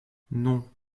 non